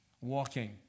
walking